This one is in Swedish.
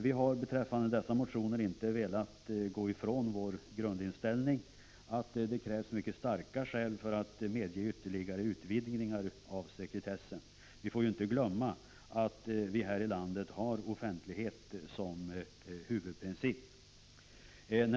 Vi har beträffande dessa motioner inte velat gå ifrån vår grundinställning att det krävs mycket starka skäl för att medge ytterligare utvidgningar av sekretessen. Vi får inte glömma att vi här i landet har offentlighet som huvudprincip.